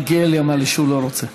מלכיאלי אמר לי שהוא לא רוצה.